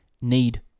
Need